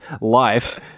life